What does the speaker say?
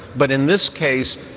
but in this case,